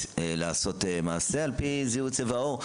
כדי לעשות מעשה על פי זיהוי צבע עור.